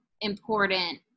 important